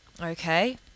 okay